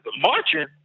marching